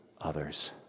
others